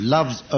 Love's